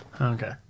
Okay